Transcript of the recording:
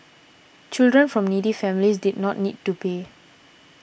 children from needy families did not need to pay